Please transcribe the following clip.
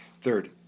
Third